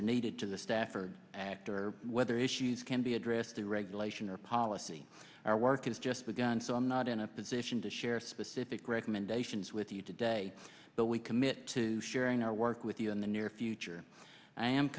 are needed to the stafford act or whether issues can be addressed through regulation or policy our work is just begun so i'm not in a position to share specific recommendations with you today but we commit to sharing our work with you in the near future i am